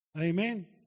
Amen